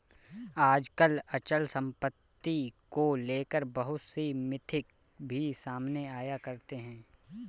आजकल अचल सम्पत्ति को लेकर बहुत से मिथक भी सामने आया करते हैं